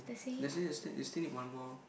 let's say you still you still need one more